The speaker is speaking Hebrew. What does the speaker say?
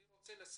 אני רוצה לסכם